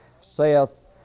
saith